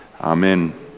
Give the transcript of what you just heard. Amen